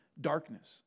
darkness